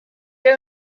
they